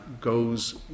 goes